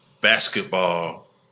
basketball